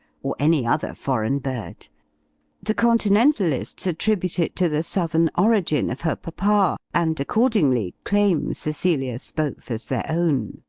or any other foreign bird the continentalists attribute it to the southern origin of her papa and, accordingly, claim cecilia spohf as their own.